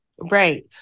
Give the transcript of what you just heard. Right